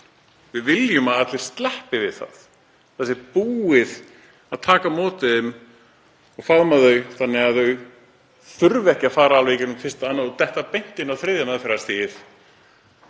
Við viljum að allir sleppi við það, það sé búið að taka á móti þeim og faðma þau þannig að þau þurfi ekki að fara alveg í gegnum fyrsta, annað og detta beint inn á þriðja meðferðarstigið